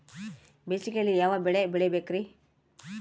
ಬೇಸಿಗೆಯಲ್ಲಿ ಯಾವ ಬೆಳೆ ಬೆಳಿಬೇಕ್ರಿ?